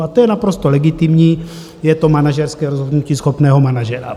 A to je naprosto legitimní, je to manažerské rozhodnutí schopného manažera.